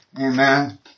Amen